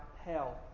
hell